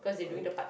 okay